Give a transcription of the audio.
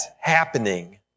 happening